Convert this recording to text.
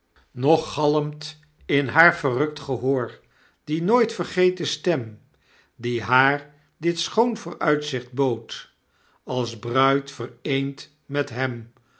nog galmt in haar verrukt gehoor de nooit vergeten stem die haar dit schoon vooruitzicht bood als bruid vereend met hem